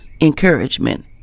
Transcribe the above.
encouragement